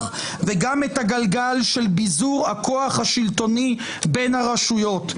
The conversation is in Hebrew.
וגם את הגלגל של ביזור הכוח השלטוני בין הרשויות,